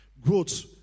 Growth